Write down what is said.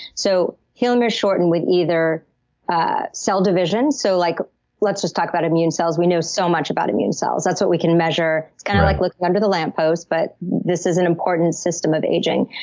so telomeres shorten with either ah cell divisions, so like let's just talk about immune cells. we know so much about immune cells. that's what we can measure. it's kind of like looking under the lamp post, but this is an important system of aging.